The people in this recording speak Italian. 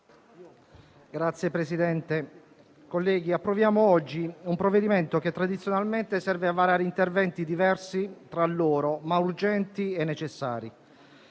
Signor Presidente, colleghi, stiamo per approvare oggi un provvedimento che tradizionalmente serve a varare interventi diversi tra loro, ma urgenti e necessari.